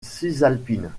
cisalpine